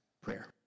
prayer